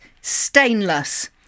stainless